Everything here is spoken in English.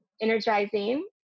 energizing